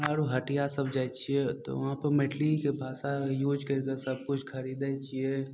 आर हटिया सभ जाइ छियै तऽ उहाँपर मैथिलीके भाषा यूज करिकऽ सभकिछु खरीदय छियै